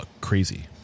crazy